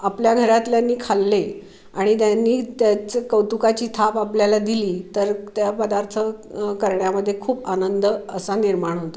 आपल्या घरातल्यांनी खाल्ले आणि त्यांनी त्याचं कौतुकाची थाप आपल्याला दिली तर त्या पदार्थ करण्यामध्ये खूप आनंद असा निर्माण होतो